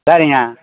சரிங்க